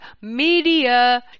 media